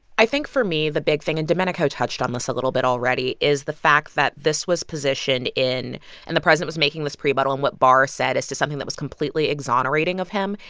i think for me, the big thing and domenico touched on this a little bit already is the fact that this was positioned in and the president was making this prebuttal on what barr said as to something that was completely exonerating of him.